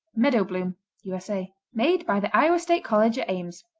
meadowbloom u s a. made by the iowa state college at ames.